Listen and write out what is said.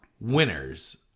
Winners